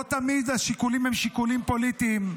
לא תמיד השיקולים הם שיקולים פוליטיים.